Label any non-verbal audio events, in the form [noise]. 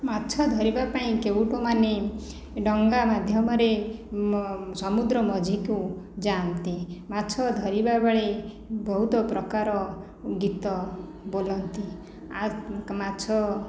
ମାଛ ଧରିବା ପାଇଁ କେଉଟ ମାନେ ଡଙ୍ଗା ମାଧ୍ୟମରେ ସମୁଦ୍ର ମଝିକୁ ଯାଆନ୍ତି ମାଛ ଧରିବା ବେଳେ ବହୁତ ପ୍ରକାର ଗୀତ ବୋଲନ୍ତି [unintelligible] ମାଛ